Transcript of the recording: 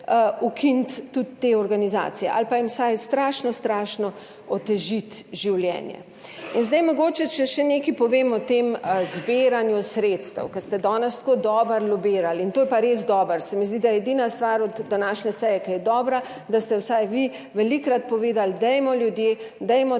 ukiniti tudi te organizacije ali pa jim vsaj strašno, strašno otežiti življenje. In zdaj mogoče, če še nekaj povem o tem zbiranju sredstev, ker ste danes tako dobro lobirali in to je pa res dobro, se mi zdi, da je edina stvar od današnje seje, ki je dobra, da ste vsaj vi velikokrat povedali, dajmo ljudje, dajmo